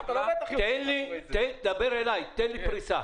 עופר, דבר אלי, תן לי פריסה.